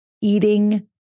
eating